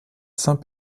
saint